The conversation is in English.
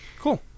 Cool